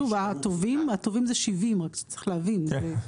שוב, הטובים זה שבעים, רק צריך להבין.